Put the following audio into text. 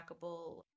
trackable